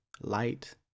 light